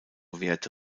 werte